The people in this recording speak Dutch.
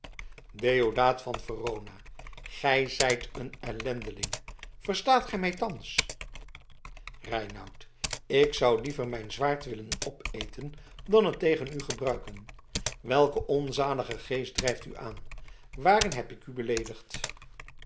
deodaat van verona gij zijt een ellendeling verstaat gij mij thans reinout ik zou liever mijn zwaard willen opeten dan het tegen u gebruiken welke onzalige geest drijft u aan waarin heb ik u beleedigd